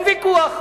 אין ויכוח,